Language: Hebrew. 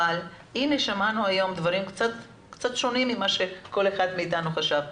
אבל הנה שמענו היום דברים קצת שונים ממה שכל אחד מאתנו חשב.